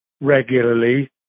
regularly